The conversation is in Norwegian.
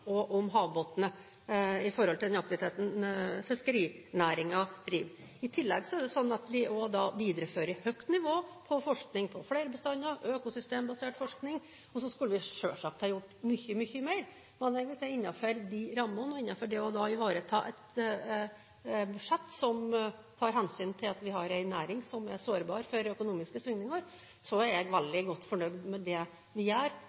om havbunnen når det gjelder den aktiviteten som fiskerinæringen driver. I tillegg er det slik at vi også viderefører et høyt nivå på forskning på flerbestand og økosystembasert forskning. Så skulle vi selvsagt ha gjort mye, mye mer, men innenfor de rammene og innenfor det å ivareta et budsjett som tar hensyn til at vi har en næring som er sårbar for økonomiske svingninger, er jeg veldig godt fornøyd med det vi gjør